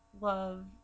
Love